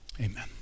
Amen